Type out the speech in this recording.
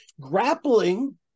grappling